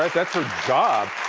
like that's her job.